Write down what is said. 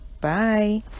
Bye